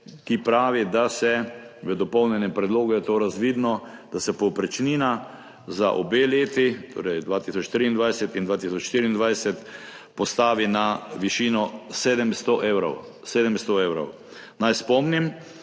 ki pravi, da se – v dopolnjenem predlogu je to razvidno – povprečnina za obe leti, torej 2023 in 2024, postavi na višino 700 evrov. Naj spomnim,